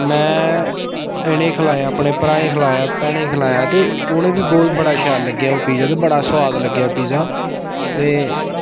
में इ'नें गी खलायाअपने भ्राऐं गी खलाया भैनें गी खलाया ते उ'नें गी बड़ा शैल लग्गेआ ओह् पिज्जा ते बड़ा सोआद लग्गेआ पिज्जा ते